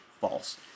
false